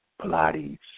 Pilates